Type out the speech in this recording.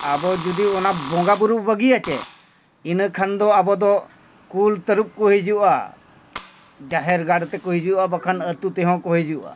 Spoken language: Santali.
ᱟᱵᱚ ᱡᱩᱫᱤ ᱚᱱᱟ ᱵᱚᱸᱜᱟ ᱵᱩᱨᱩ ᱵᱟᱹᱜᱤᱭᱟ ᱥᱮ ᱤᱱᱟᱹ ᱠᱷᱟᱱ ᱫᱚ ᱟᱵᱚ ᱫᱚ ᱠᱩᱞ ᱛᱟᱹᱨᱩᱵᱽ ᱠᱚ ᱦᱤᱡᱩᱜᱼᱟ ᱡᱟᱦᱮᱨ ᱜᱟᱲ ᱛᱮᱠᱚ ᱦᱤᱡᱩᱜᱼᱟ ᱵᱟᱠᱷᱟᱱ ᱟᱛᱳ ᱛᱮᱦᱚᱸ ᱠᱚ ᱦᱤᱡᱩᱜᱼᱟ